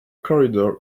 corridor